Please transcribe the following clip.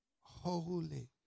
holy